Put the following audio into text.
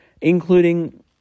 including